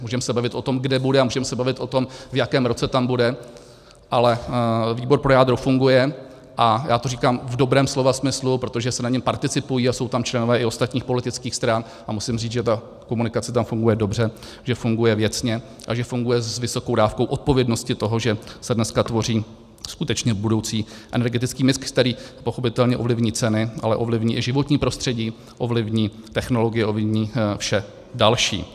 Můžeme se bavit o tom, kde bude, můžeme se bavit o tom, v jakém roce tam bude, ale výbor pro jádro funguje, a já to říkám v dobrém slova smyslu, protože na něm participuji a jsou tam členové i ostatních politických stran a musím říci, že ta komunikace tam funguje dobře, že funguje věcně a že funguje s vysokou dávkou odpovědnosti toho, že se dnes tvoří skutečně budoucí energetický mix, který pochopitelně ovlivní ceny, ale ovlivní i životní prostředí, ovlivní technologie a ovlivní vše další.